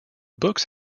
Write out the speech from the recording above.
books